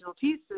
pieces